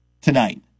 tonight